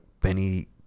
Benny